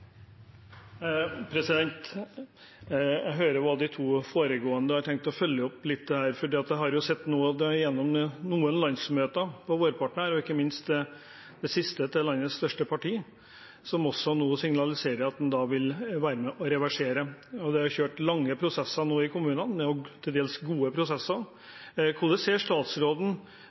oppfølgingsspørsmål. Jeg hører hva de to foregående sier, og jeg har tenkt å følge opp dette litt. For jeg har sett noe av det gjennom noen landsmøter nå på vårparten, ikke minst det siste landsmøtet, til landets største parti, som også nå signaliserer at en vil være med og reversere, og det er kjørt lange prosesser nå i kommunene, og til dels gode prosesser. Hvordan ser statsråden